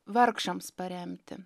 vargšams paremti